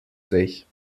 sich